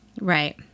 Right